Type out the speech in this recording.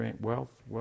wealth